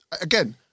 again